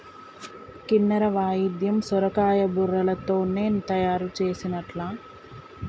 కిన్నెర వాయిద్యం సొరకాయ బుర్రలతోనే తయారు చేసిన్లట